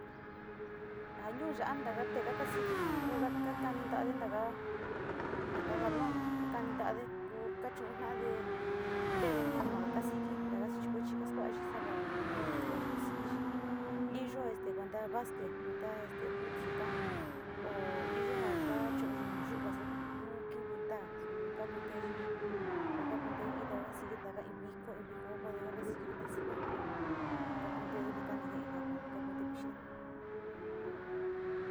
A ñuu ya´a taagate kasiki ku kakani ntaade taga taka balón kakani btade ku kadu´utade, nteede ña ma kasuki ntado suchi kuechi ka skuai vaga tuva siki iyo kuenta basquet kuenta tut yuka o iyo ja kachu´unu yu´uva suka nu kivi ntaa suu ka kunteyi, ku kakunte ide siki viko in viko bodega kasikide suga ku ja kakuntede kanide in ja kakunte vixide.